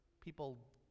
people